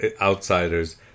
outsiders